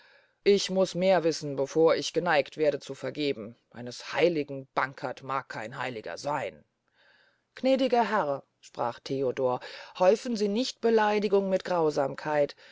ich muß mehr wissen bevor ich geneigt werde zu vergeben eines heiligen bankert mag kein heiliger seyn gnädiger herr sprach theodor häufen sie nicht beleidigung mit grausamkeit